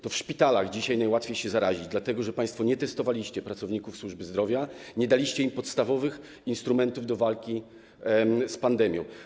To w szpitalach dzisiaj najłatwiej się zarazić, dlatego że państwo nie testowaliście pracowników służby zdrowia, nie daliście im podstawowych instrumentów do walki z pandemią.